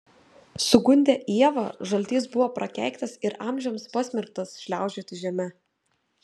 sugundę ievą žaltys buvo prakeiktas ir amžiams pasmerktas šliaužioti žeme